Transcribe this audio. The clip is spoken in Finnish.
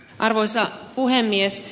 arvoisa puhemies